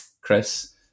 Chris